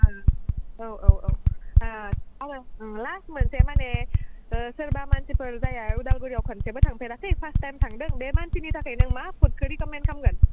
औ औ औ ए आङो थांला मोनसे माने सोरबा मानसिफोर जायहा उदालगुरियाव खनसेबो थांफेराखै फार्स्ट टाइम थांदों बे मानसिनि थाखाय नों मा फुडखो रेकमेन्ड खालामगोन